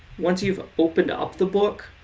once you've opened up the book,